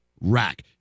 rack